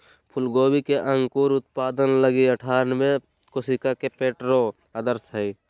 फूलगोभी के अंकुर उत्पादन लगी अनठानबे कोशिका के प्रोट्रे आदर्श हइ